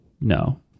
No